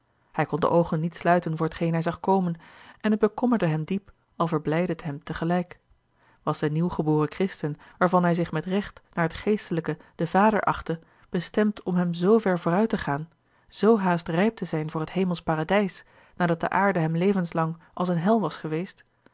hij kon de oogen niet sluiten voor t geen hij zag komen en het bekommerde hem diep al verblijdde het hem tegelijk was de nieuw geboren christen waarvan hij zich met recht naar t geestelijke den vader achtte bestemd om hem zoover vooruit te gaan zoo haast rijp te zijn voor het hemelsch paradijs nadat de aarde hem levenslang als eene hel was geweest